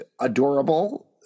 adorable